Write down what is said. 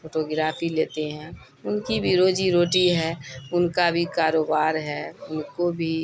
photo گرافی لیتے ہیں ان کی بھی روزی روٹی ہے ان کا بھی کاروبار ہے ان کو بھی